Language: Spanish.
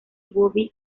bobby